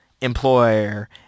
employer